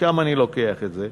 משם אני לוקח את זה,